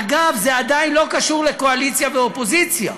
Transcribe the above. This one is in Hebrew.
אגב, זה עדיין לא קשור לקואליציה ואופוזיציה,